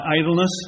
idleness